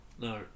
No